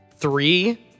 Three